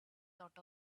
thought